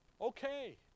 okay